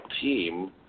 team